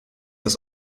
des